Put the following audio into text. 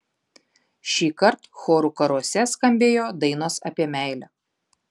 šįkart chorų karuose skambėjo dainos apie meilę